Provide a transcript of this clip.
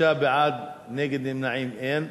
שישה בעד, נגד ונמנעים, אין.